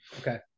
Okay